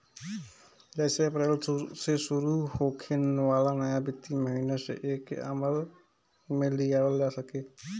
जेसे अप्रैल से शुरू होखे वाला नया वित्तीय महिना से एके अमल में लियावल जा सके